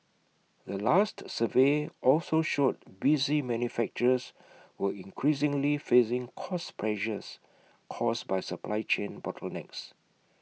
the latest survey also showed busy manufacturers were increasingly facing cost pressures caused by supply chain bottlenecks